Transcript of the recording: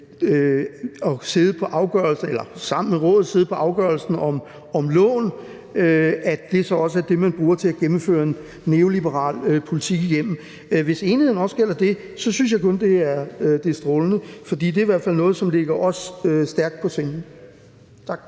sammen med Rådet sidder på afgørelsen om lån, skal kunne bruge det til at gennemføre en neoliberal politik? Hvis enigheden også gælder det, synes jeg kun, det er strålende. For det er i hvert fald noget, som ligger os stærkt på sinde. Tak.